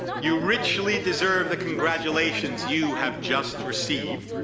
you richly deserve the congratulations you have just received.